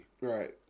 Right